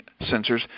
sensors